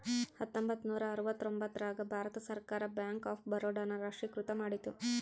ಹತ್ತೊಂಬತ್ತ ನೂರ ಅರವತ್ತರ್ತೊಂಬತ್ತ್ ರಾಗ ಭಾರತ ಸರ್ಕಾರ ಬ್ಯಾಂಕ್ ಆಫ್ ಬರೋಡ ನ ರಾಷ್ಟ್ರೀಕೃತ ಮಾಡಿತು